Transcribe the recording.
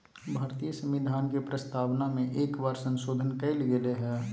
भारतीय संविधान के प्रस्तावना में एक बार संशोधन कइल गेले हइ